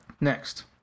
Next